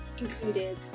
included